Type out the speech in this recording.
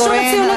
אתם בשלטון.